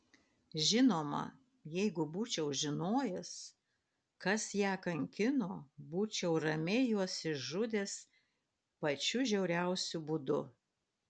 žinoma jeigu būčiau žinojęs kas ją kankino būčiau ramiai juos išžudęs pačiu žiauriausiu būdu